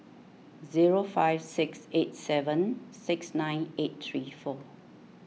zero five six eight seven six nine eight three four